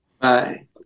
Bye